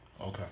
Okay